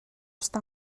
està